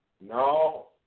No